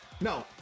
No